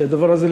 שהדבר הזה,